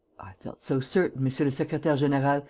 felt so certain, monsieur le secretaire-general,